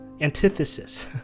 antithesis